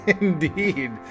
Indeed